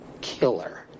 Killer